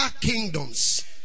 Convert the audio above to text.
kingdoms